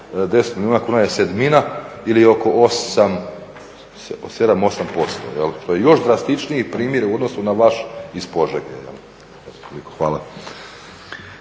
10 milijuna kuna je sedmina ili oko 7, 8% što je još drastičniji primjer u odnosu na vaš iz Požege. Hvala.